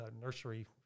nursery